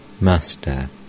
Master